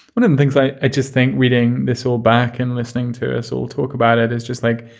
one of the things i i just think reading this whole back and listening to us all talk about it is just like,